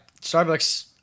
Starbucks